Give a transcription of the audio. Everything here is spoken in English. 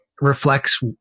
reflects